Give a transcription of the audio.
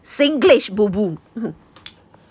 singlish boo boo